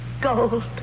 Gold